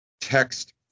text